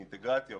אינטגרציה,